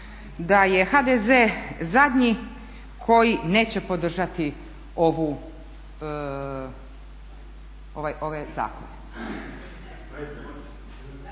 da je HDZ zadnji koji neće podržati ove zakone.